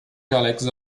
jalecos